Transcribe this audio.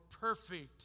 perfect